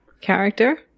character